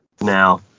now